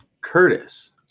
Curtis